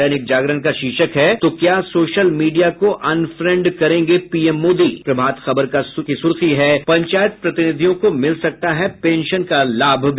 दैनिक जागरण का शीर्षक है तो क्या सोशल मीडिया को अनफ्रेंड करेंगे पीएम मोदी प्रभात खबर का सुर्खी है पंचायत प्रतिनिधियों को मिल सकता है पेंशन का लाभ भी